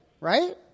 Right